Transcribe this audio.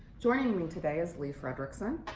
joining me today is lee frederickson.